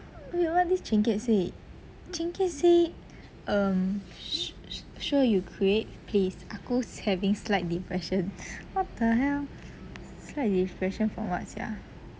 you know what this chin kiat say chin kiat say um sur~ sur~ sure you create place ah gu having slight depression what the hell slight depression for what sia